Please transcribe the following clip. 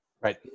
Right